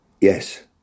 Yes